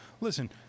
Listen